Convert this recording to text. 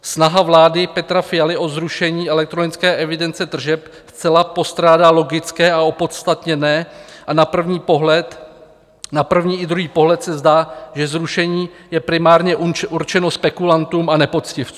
Snaha vlády Petra Fialy o zrušení elektronické evidence tržeb zcela postrádá logické a opodstatněné a na první pohled, na první i druhý pohled se zdá, že zrušení je primárně určeno spekulantům a nepoctivcům.